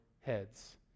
heads